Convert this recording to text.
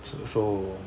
so so